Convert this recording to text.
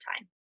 time